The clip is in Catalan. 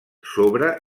sobre